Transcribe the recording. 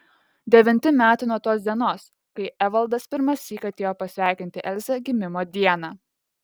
devinti metai nuo tos dienos kai evaldas pirmąsyk atėjo pasveikinti elzę gimimo dieną